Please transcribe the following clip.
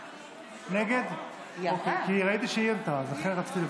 נגד חוה אתי עטייה, בעד יצחק פינדרוס,